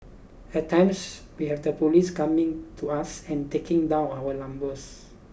at times we have the police coming to us and taking down our numbers